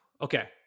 Okay